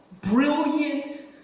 brilliant